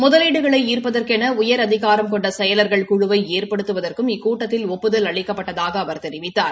முதலீடுகளை ஈப்பதற்கெள உயர் அதிகாரம் கொண்ட செயலர்கள் குழுவை ஏற்படுத்துவதற்கும் இக்கூட்டத்தில் ஒப்புதல் அளிக்கப்பட்டதாக அவர் தெரிவித்தார்